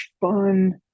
fun